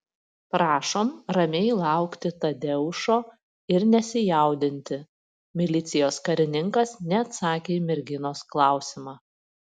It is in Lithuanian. prašom ramiai laukti tadeušo ir nesijaudinti milicijos karininkas neatsakė į merginos klausimą